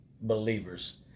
believers